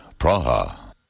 Praha